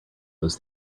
those